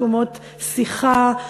מקומות שיחה,